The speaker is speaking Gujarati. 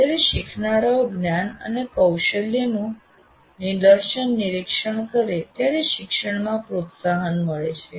જ્યારે શીખનારાઓ જ્ઞાન અને કૌશલ્યનું નિદર્શન નિરીક્ષણ કરે ત્યારે શિક્ષણમાં પ્રોત્સાહન મળે છે